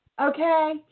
Okay